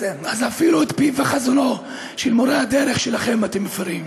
אז אפילו את פיו וחזונו של מורה הדרך שלכם אתם מפירים.